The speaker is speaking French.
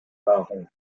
barons